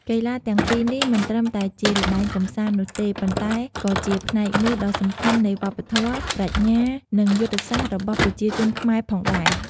កីឡាទាំងពីរនេះមិនត្រឹមតែជាល្បែងកម្សាន្តនោះទេ ប៉ុន្តែក៏ជាផ្នែកមួយដ៏សំខាន់នៃវប្បធម៌ ប្រាជ្ញា និងយុទ្ធសាស្ត្ររបស់ប្រជាជនខ្មែរផងដែរ។